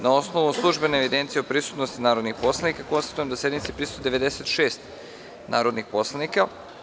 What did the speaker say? Na osnovu službene evidencije o prisutnosti narodnih poslanika, konstatujem da sednici prisustvuje 96 narodnih poslanika.